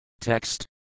Text